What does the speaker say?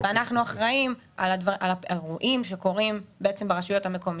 אנחנו אחראים על האירועים שקורים בעצם ברשויות המקומיות,